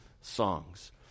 songs